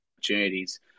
opportunities